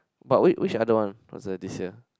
but which which other one was there this year